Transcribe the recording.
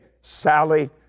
Sally